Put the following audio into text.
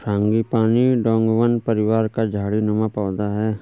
frangipani डोंगवन परिवार का झाड़ी नुमा पौधा है